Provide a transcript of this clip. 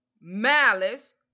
malice